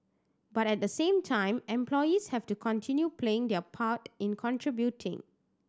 but at the same time employees have to continue playing their part in contributing